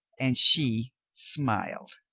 and she smiled.